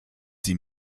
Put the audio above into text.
sie